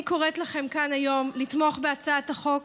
אני קוראת לכם כאן היום לתמוך בהצעת החוק.